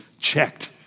checked